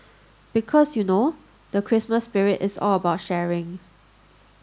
because you know the Christmas spirit is all about sharing